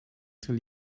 till